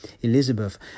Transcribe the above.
Elizabeth